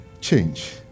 Change